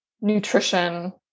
nutrition